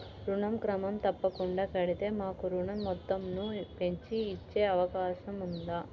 ఋణం క్రమం తప్పకుండా కడితే మాకు ఋణం మొత్తంను పెంచి ఇచ్చే అవకాశం ఉందా?